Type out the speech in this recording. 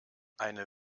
eine